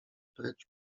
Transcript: precz